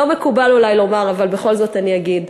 לא מקובל אולי לומר, אבל בכל זאת אני אגיד.